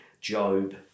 Job